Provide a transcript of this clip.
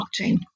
blockchain